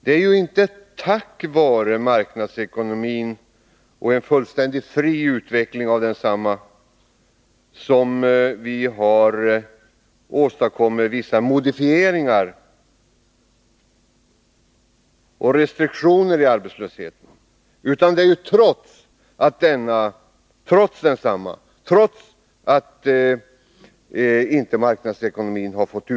Det är inte tack vare marknadsekonomin och en fullständigt fri utveckling av densamma som vi åstadkommit vissa modifieringar av och restriktioner i arbetslösheten. Det är i stället till följd av att marknadsekonomin inte har fått utvecklas fritt som vi har lyckats göra det.